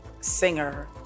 singer